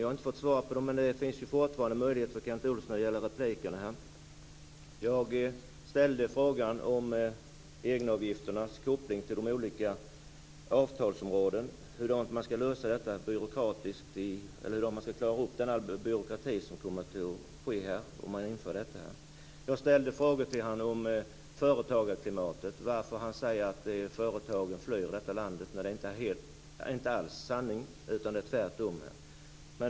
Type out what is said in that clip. Jag har inte fått svar på dem, men det finns fortfarande möjlighet för Kent Olsson i replikskiftet. Jag ställde en fråga om egenavgifternas koppling till de olika avtalsområdena och hur man skall klara den byråkrati som kommer att uppstå om man inför det här. Jag ställde en fråga om företagsklimatet och varför Kent Olsson säger att företagen flyr detta land när det inte alls är sant utan tvärtom.